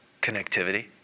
Connectivity